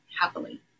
happily